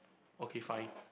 okay fine